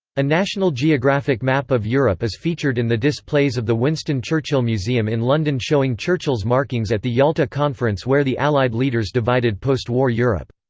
a national geographic map of europe is featured in the displays of the winston churchill museum in london showing churchill's markings at the yalta conference where the allied leaders divided post-war europe.